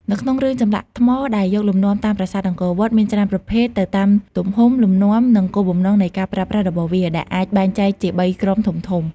នៅក្នុងនោះចម្លាក់ថ្មដែលយកលំនាំតាមប្រាសាទអង្គរវត្ត មានច្រើនប្រភេទទៅតាមទំហំ លំនាំ និងគោលបំណងនៃការប្រើប្រាស់របស់វា ដែលអាចបែងចែកជាបីក្រុមធំៗ។